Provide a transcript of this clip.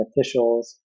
officials